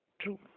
True